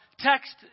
Text